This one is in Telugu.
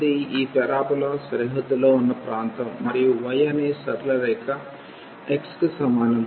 ఇది ఈ పారాబొలా సరిహద్దులో ఉన్న ప్రాంతం మరియు y అనే సరళ రేఖ x కి సమానం